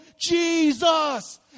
Jesus